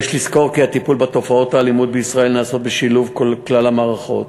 יש לזכור כי הטיפול בתופעות האלימות בישראל נעשה בשילוב כלל המערכות